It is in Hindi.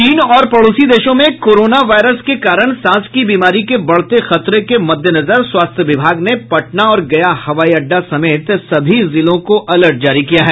चीन और पड़ोसी देशों में कोरोना वायरस के कारण सांस की बीमारी के बढ़ते खतरे के मद्देनजर स्वास्थ्य विभाग ने पटना और गया हवाई अड्डा समेत सभी जिलों को अलर्ट जारी किया है